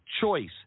choice